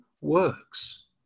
works